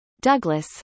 Douglas